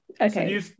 Okay